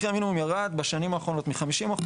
מחיר המינימום ירד בשנים האחרונות מ-50%,